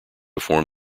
form